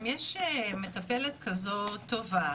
אם יש מטפלת כזאת טובה,